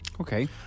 okay